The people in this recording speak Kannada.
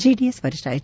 ಜೆಡಿಎಸ್ ವರಿಷ್ಠ ಎಚ್